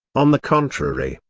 on the contrary,